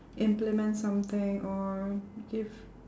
implement something or give